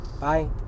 Bye